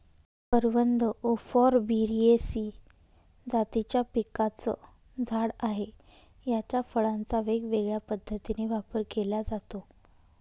करवंद उफॉर्बियेसी जातीच्या पिकाचं झाड आहे, याच्या फळांचा वेगवेगळ्या पद्धतीने वापर केला जातो